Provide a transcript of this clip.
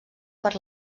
per